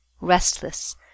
restless